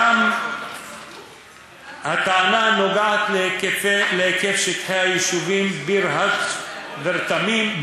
גם הטענה על היקף שטחי היישובים ביר-הדְג' ורתמים,